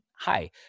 Hi